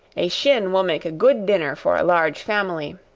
a shin will make a good dinner for a large family,